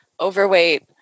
overweight